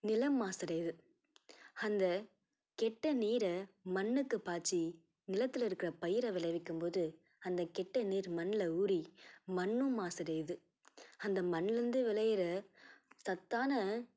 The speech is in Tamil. நிலம் மாசடையுது அந்த கெட்ட நீரை மண்ணுக்கு பாய்ச்சி நிலத்தில் இருக்குற பயிரை விளைவிக்கும் போது அந்த கெட்ட நீர் மண்ணில் ஊறி மண்ணும் மாசடையுது அந்த மண்ணிலருந்து விளையிற சத்தான